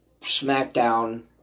SmackDown